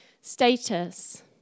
status